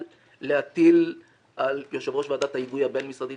להטיל על יושב ראש ועדת ההיגוי הבין-משרדית